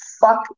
fuck